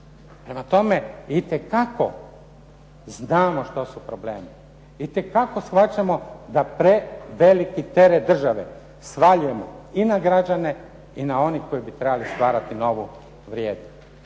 Prema tome, itekako znamo što su problemi, itekako shvaćamo da preveliki teret države svaljujemo i na građane i na one koji bi trebali stvarati novu vrijednost.